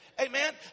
Amen